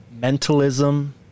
mentalism